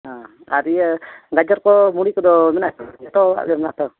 ᱦᱮᱸ ᱟᱨ ᱤᱭᱟᱹ ᱜᱟᱡᱚᱨᱠᱚ ᱵᱷᱩᱸᱰᱤᱠᱚᱫᱚ ᱢᱮᱱᱟᱜᱼᱟ ᱥᱮ ᱵᱟᱝ ᱡᱚᱛᱚᱣᱟᱜ ᱜᱮ ᱢᱮᱱᱟᱜᱼᱟ ᱛᱚ